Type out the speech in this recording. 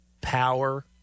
power